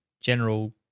general